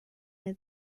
near